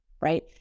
right